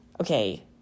Okay